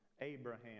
Abraham